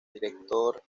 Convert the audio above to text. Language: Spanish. director